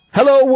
Hello